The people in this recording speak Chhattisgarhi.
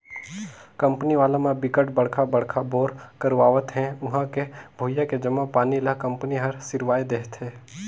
कंपनी वाला म बिकट बड़का बड़का बोर करवावत हे उहां के भुइयां के जम्मो पानी ल कंपनी हर सिरवाए देहथे